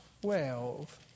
twelve